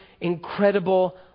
incredible